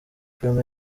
film